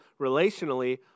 relationally